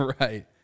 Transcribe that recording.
right